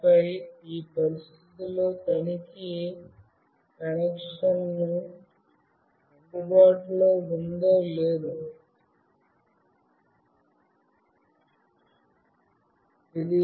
ఆపై కనెక్షన్ అందుబాటులో వుంది లేదా లేదో అని విల్ కండీషన్ ద్వారా తనిఖీ చేస్తుంది